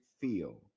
feel